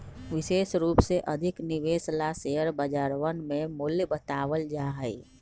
विशेष रूप से अधिक निवेश ला शेयर बजरवन में मूल्य बतावल जा हई